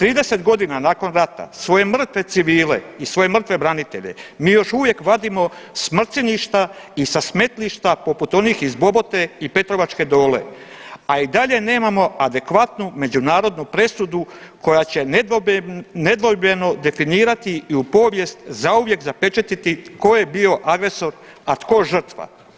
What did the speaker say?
30 godina nakon rata svoje mrtve civile i svoje mrtve branitelje mi još uvijek vadimo s mrcilišta i sa smetlišta poput onih iz Bobote i Petrovačke Dole, a i dalje nemamo adekvatnu međunarodnu presudu koja će nedvojbeno definirati i u povijest zauvijek zapečatiti tko je bio agresor, a tko žrtva.